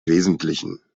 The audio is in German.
wesentlichen